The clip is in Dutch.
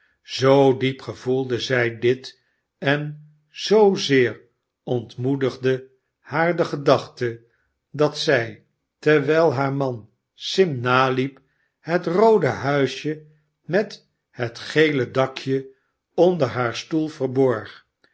zoo diep gevoelde zij dit en zoozeer ontmoedigde haar de gedachte dat zij terwijl haar man sim naliep het roode huisje met het gele dakje onder haar stoel verborg